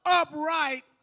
upright